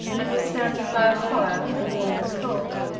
and was standing by a fire, for the morning was cold.